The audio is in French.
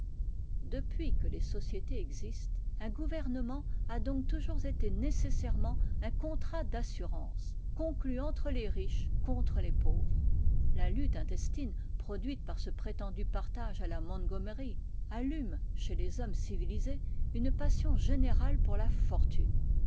depuis que les sociétés existent un gouvernement a donc toujours été nécessairement un contrat d'assurance conclu entre les riches contre les pauvres la lutte intestine produite par ce prétendu partage à la montgomery allume chez les hommes civilisés une passion générale pour la fortune